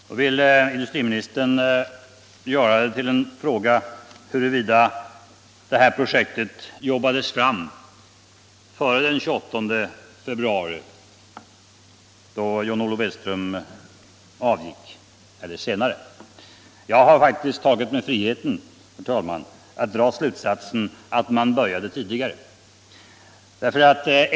Nu vill industriministern göra det till en fråga huruvida det här projektet jobbades fram före den 28 februari, då John Olof Edström avgick, eller senare. Jag har faktiskt tagit mig friheten, herr talman, att dra slutsatsen att man började tidigare.